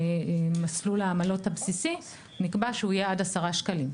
מסלול העמלות הבסיסי נקבע שהוא יהיה עד 10 שקלים.